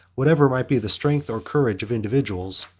whatever might be the strength, or courage, of individuals,